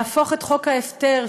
להפוך את חוק ההפטר,